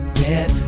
get